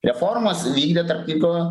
reformas vykdė tarp kitko